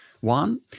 one